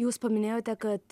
jūs paminėjote kad